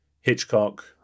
Hitchcock